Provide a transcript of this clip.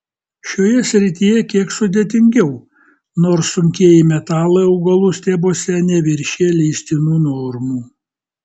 šioje srityje kiek sudėtingiau nors sunkieji metalai augalų stiebuose neviršija leistinų normų